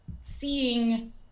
seeing